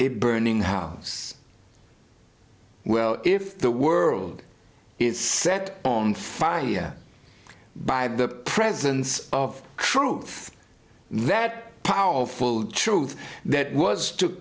a burning house well if the world is set on fire by the presence of truth that powerful truth that was to